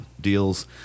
deals